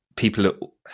People